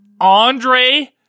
Andre